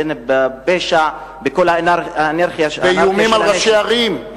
בפשע, בכל האנרכיה, באיומים על ראשי ערים.